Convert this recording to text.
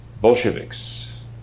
Bolsheviks